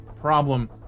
problem